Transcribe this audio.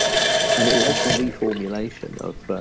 and it led to reformulation of